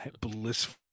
blissful